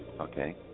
Okay